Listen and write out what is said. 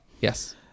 yes